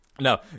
No